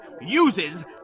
uses